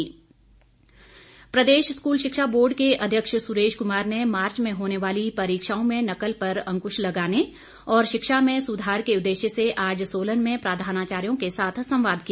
संवाद प्रदेश स्कूल शिक्षा बोर्ड के अध्यक्ष सुरेश कुमार ने मार्च में होने वाली परीक्षाओं में नकल पर अंकृश लगाने और शिक्षा में सुधार के उददेश्य से आज सोलन में प्रधानाचार्यों के साथ संवाद किया